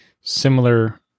similar